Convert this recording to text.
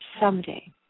Someday